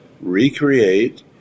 Recreate